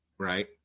Right